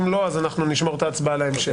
אם לא אז נשמור את ההצבעה להמשך.